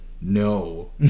No